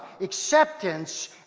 acceptance